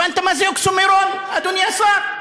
הבנת מה זה אוקסימורון, אדוני השר?